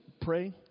pray